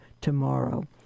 tomorrow